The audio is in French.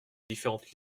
différentes